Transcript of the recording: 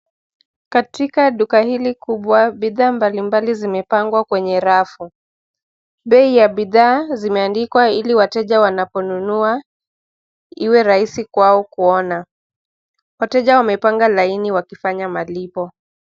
Katika duka hili kubwa bidhaa mbalimbali zimepangwa kwenye rafu. Bei ya bidhaa zimeandikwa ili wateja wanaponunua iwe rahisi kwao kuona. Wateja wamepanga laini wakifanya malipo.